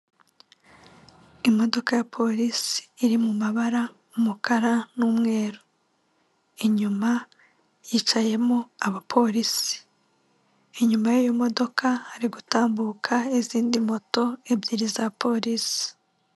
Imodoka ya polisi iri mu mabara umukara n'umweru. Inyuma yicayemo abapolisi. Inyuma y'iyo modoka hari gutambuka izindi moto ebyiri za polisi.